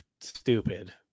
stupid